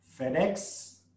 FedEx